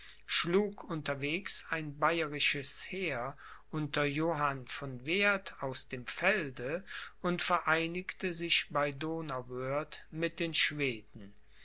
schlug unterwegs ein bayerisches heer unter johann von werth aus dem felde und vereinigte sich bei donauwörth mit den schweden